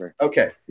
Okay